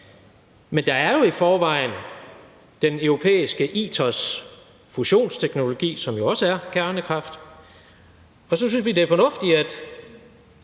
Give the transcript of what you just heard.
Men der er jo i forvejen den europæiske ITERs fusionsteknologi, som jo også er kernekraft, og så synes vi, det er fornuftigt, hvis